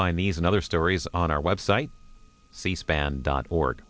find these and other stories on our website cspan dot org